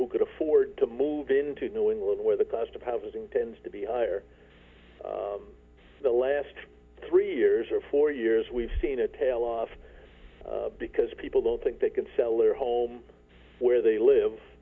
who could afford to move into new england where the cost of housing tends to be higher the last three years or four years we've seen a tail off because people don't think they can sell their home where they